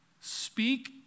speak